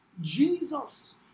Jesus